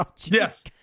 Yes